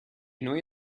noi